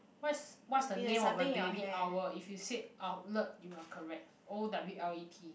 what's what's a name of a baby owl if you say owlet you are correct O W L E T